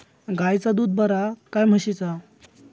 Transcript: गायचा दूध बरा काय म्हशीचा?